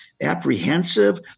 apprehensive